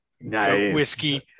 whiskey